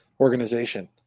Organization